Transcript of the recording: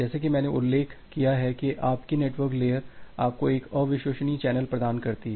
जैसा कि मैंने उल्लेख किया है कि आपकी नेटवर्क लेयर आपको एक अविश्वसनीय चैनल प्रदान करती है